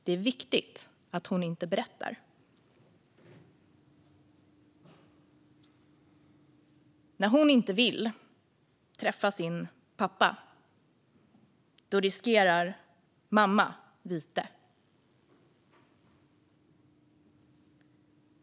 Det är viktigt att hon inte berättar. När hon inte vill träffa sin pappa riskerar mamma vite.